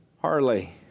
Harley